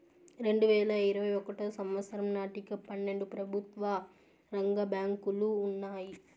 రెండువేల ఇరవై ఒకటో సంవచ్చరం నాటికి పన్నెండు ప్రభుత్వ రంగ బ్యాంకులు ఉన్నాయి